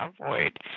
avoid